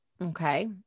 Okay